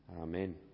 Amen